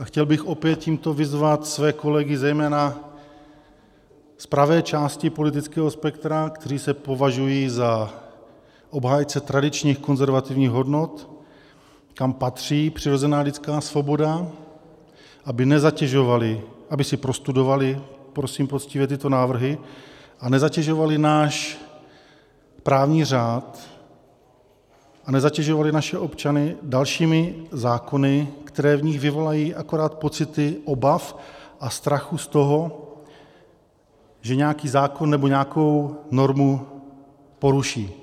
Chtěl bych opět tímto vyzvat své kolegy zejména v pravé části politického spektra, kteří se považují za obhájce tradičních konzervativních hodnot, kam patří přirozená lidská svoboda, aby si prostudovali prosím poctivě tyto návrhy a nezatěžovali náš právní řád a nezatěžovali naše občany dalšími zákony, které v nich vyvolají akorát pocity obav a strachu z toho, že nějaký zákon nebo nějakou normu poruší.